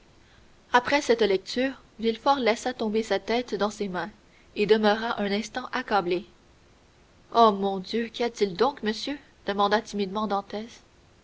après cette lecture villefort laissa tomber sa tête dans ses mains et demeura un instant accablé ô mon dieu qu'y a-t-il donc monsieur demanda timidement